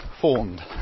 formed